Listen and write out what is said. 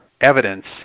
evidence